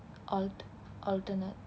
alt~ alternate